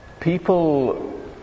People